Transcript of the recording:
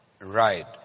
Right